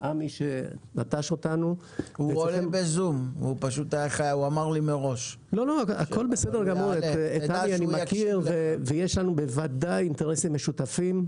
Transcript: את עמי אני מכיר ויש לנו בוודאי אינטרסים משותפים,